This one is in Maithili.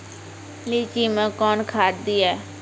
लीची मैं कौन खाद दिए?